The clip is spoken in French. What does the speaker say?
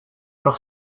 par